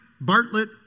Bartlett